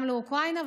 גם לאוקראינה,